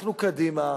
אנחנו, קדימה,